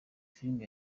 filime